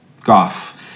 Goff